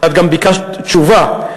ואת גם ביקשת תשובה,